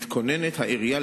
שכונות רבות